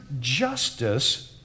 justice